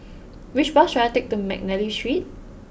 which bus should I take to McNally Street